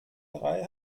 drei